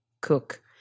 cook